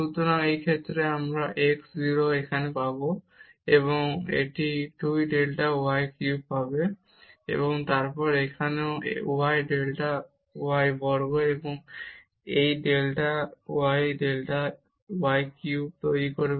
সুতরাং এই ক্ষেত্রে আমরা এই x 0 এখানে 0 পাব এবং এটি 2 ডেল্টা y কিউব পাবে এবং তারপর এখানেও y ডেল্টা y বর্গ এবং এই delta y delta y cube তৈরি করবে